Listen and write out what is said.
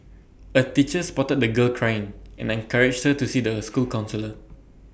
A teacher spotted the girl crying and encouraged her to see the school counsellor